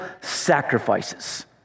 sacrifices